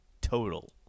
total